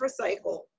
recycle